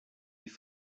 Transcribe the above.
die